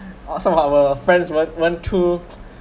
oh some of our friends weren’t weren’t too